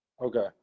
Okay